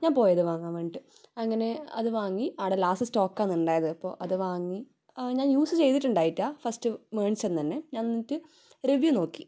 ഞാൻ പോയത് വാങ്ങാൻ വേണ്ടിയിട്ട് അങ്ങനെ അത് വാങ്ങി അവിടെ ലാസ്റ്റ് സ്റ്റോക്കാണ് ഉണ്ടായത് അപ്പോൾ അത് വാങ്ങി ഞാൻ യൂസ് ചെയ്തിട്ടുണ്ടായിറ്റ ഫസ്റ്റ് മേണിച്ച അന്നുതന്നെ ഞാൻ എന്നിട്ട് റിവ്യൂ നോക്കി